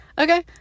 okay